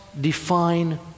define